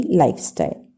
lifestyle